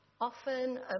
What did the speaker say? often